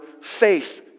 faith